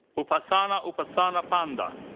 upasana upasana panda.